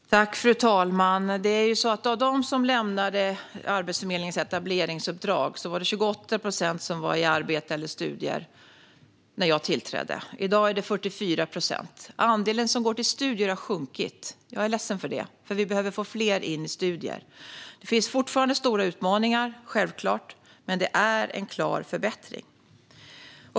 Fru talman! När jag tillträdde var 28 procent av dem som lämnade Arbetsförmedlingens etableringsuppdrag i arbete eller studier. I dag är det 44 procent. Andelen som går till studier har sjunkit. Jag är ledsen för det, för vi behöver få in fler i studier. Det finns självklart fortfarande stora utmaningar, men det är en klar förbättring.